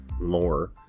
more